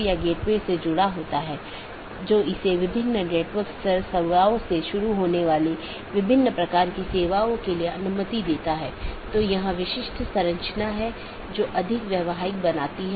किसी भी ऑटॉनमस सिस्टमों के लिए एक AS नंबर होता है जोकि एक 16 बिट संख्या है और विशिष्ट ऑटोनॉमस सिस्टम को विशिष्ट रूप से परिभाषित करता है